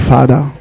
Father